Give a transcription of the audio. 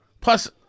plus